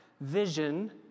vision